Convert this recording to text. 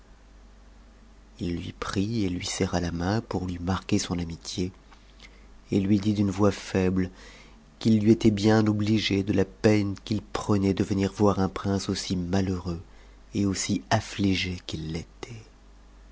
il lui prit et lui serra la main pour lui marquer son amitié et lui dit d'une voix faible qu'il lui était bien obligé de la peine qu'il prenait de venir voir un prince aussi malheureux et aussi amigé qu'il fêtait